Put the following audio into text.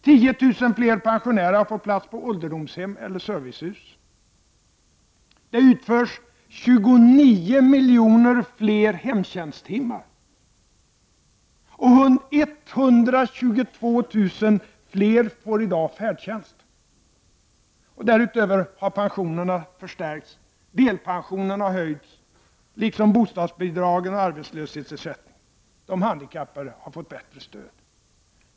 10 000 fler pensionärer har fått plats på ålderdomshem eller i servicehus. Det utförs 29 miljoner fler hemtjänsttimmar och 122 000 fler får i dag färdtjänst. Därutöver har pensionerna förstärkts, delpensionen har höjts liksom bostadsbidragen och arbetslöshetsersättningen. De handikappade har fått bättre stöd.